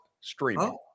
Streaming